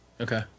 okay